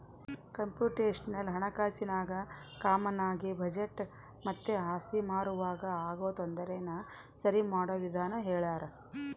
computational ಹಣಕಾಸಿನಾಗ ಕಾಮಾನಾಗಿ budget ಮತ್ತೆ ಆಸ್ತಿ ಮಾರುವಾಗ ಆಗೋ ತೊಂದರೆನ ಸರಿಮಾಡೋ ವಿಧಾನ ಹೇಳ್ತರ